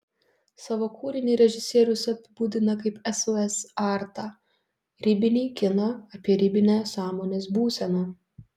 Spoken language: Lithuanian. savo kūrinį režisierius apibūdina kaip sos artą ribinį kiną apie ribinę sąmonės būseną